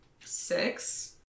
six